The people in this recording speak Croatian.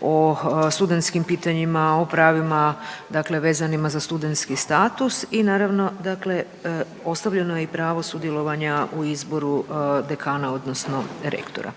o studentskim pitanjima, o pravima dakle vezanima za studentski status i naravno dakle ostavljeno je i pravo sudjelovanja u izboru dekana odnosno rektora.